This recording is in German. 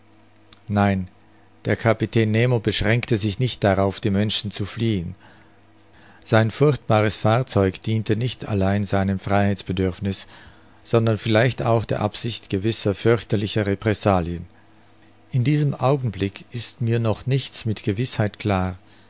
nein der kapitän nemo beschränkte sich nicht darauf die menschen zu fliehen sein furchtbares fahrzeug diente nicht allein seinem freiheitsbedürfniß sondern vielleicht auch der absicht gewisser fürchterlicher repressalien in diesem augenblick ist mir noch nichts mit gewißheit klar